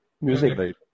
music